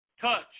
touch